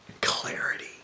clarity